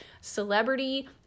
celebrity